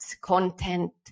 content